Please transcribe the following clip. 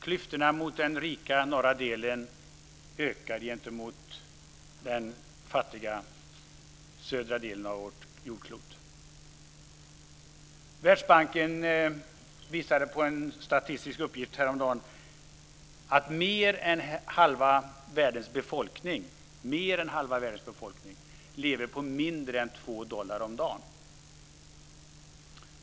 Klyftorna mellan den rika norra delen och den fattiga södra delen av vårt jordklot ökar. Världsbanken visade i en statistisk uppgift häromdagen att mer än halva världens befolkning lever på mindre än 2 dollar om dagen.